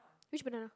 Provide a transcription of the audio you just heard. which banana